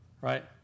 right